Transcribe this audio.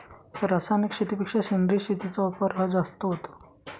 रासायनिक शेतीपेक्षा सेंद्रिय शेतीचा वापर हा जास्त होतो